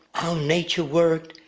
how nature worked.